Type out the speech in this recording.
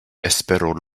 espero